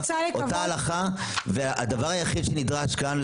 אותה הלכה והדבר היחיד שנדרש כאן הוא